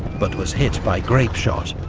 but was hit by grapeshot,